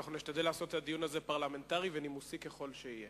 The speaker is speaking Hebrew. ואנחנו נשתדל לעשות את הדיון הזה פרלמנטרי ונימוסי ככל שיהיה,